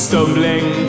Stumbling